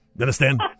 understand